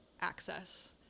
access